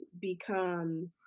become